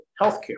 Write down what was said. healthcare